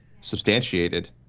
substantiated